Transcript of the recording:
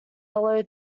yellow